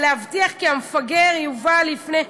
"להבטיח כי המפגר יובא לפני"